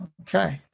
Okay